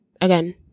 again